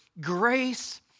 grace